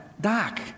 doc